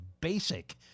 basic